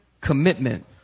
commitment